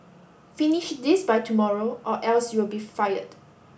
finish this by tomorrow or else you'll be fired